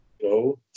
Go